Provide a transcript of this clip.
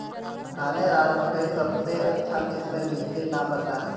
धानेर आर मकई सबसे अच्छा किस्मेर बिच्चिर नाम बता?